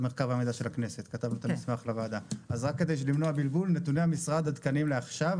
רק כדי למנוע בלבול: נתוני המשרד עדכניים לעכשיו.